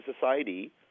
society